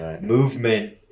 movement